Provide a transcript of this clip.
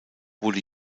wurde